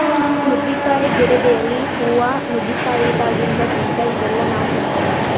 ನುಗ್ಗಿಕಾಯಿ ಗಿಡದ್ ಎಲಿ, ಹೂವಾ, ನುಗ್ಗಿಕಾಯಿದಾಗಿಂದ್ ಬೀಜಾ ಇವೆಲ್ಲಾ ನಾವ್ ತಿನ್ಬಹುದ್